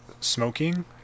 smoking